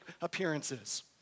appearances